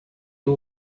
two